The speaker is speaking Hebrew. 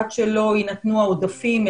עד שלא יינתנו העודפים.